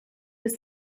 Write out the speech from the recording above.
was